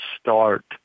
start